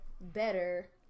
better